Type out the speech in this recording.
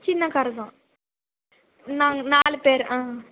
சின்ன காரு தான் நாங்கள் நாலு பேர் ஆ